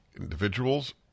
individuals